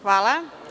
Hvala.